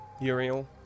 Uriel